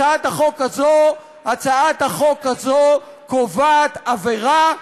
הצעת החוק הזו קובעת עבירה,